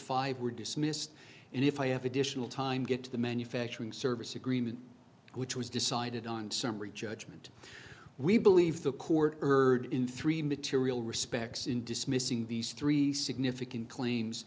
five were dismissed and if i have additional time get to the manufacturing service agreement which was decided on summary judgment we believe the court heard in three material respects in dismissing these three significant claims